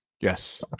Yes